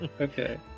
okay